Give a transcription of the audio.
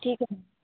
ठीक आहे